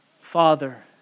Father